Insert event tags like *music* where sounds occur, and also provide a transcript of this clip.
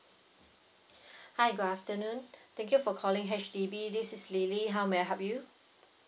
*breath* hi good afternoon thank you for calling H_D_B this is lily how may I help you